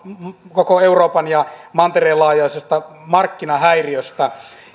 koko euroopan mantereen laajuisesta markkinahäiriöstä